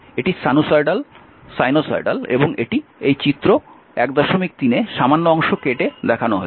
এটি সাইনোসয়েডাল এবং এটি এই চিত্র 13 এ সামান্য অংশ কেটে দেখানো হয়েছে